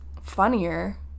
funnier